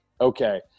Okay